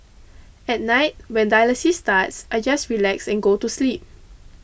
at night when dialysis starts I just relax and go to sleep